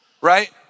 right